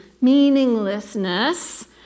meaninglessness